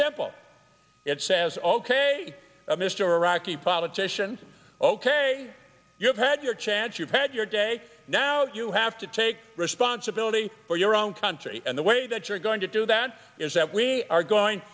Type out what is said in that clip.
simple it says ok mr rocky politicians ok you've had your chance you've had your day now you have to take responsibility for your own country and the way that you're going to do that is that we are going